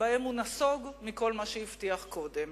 שבהם הוא נסוג מכל מה שהוא הבטיח קודם.